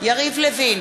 יריב לוין,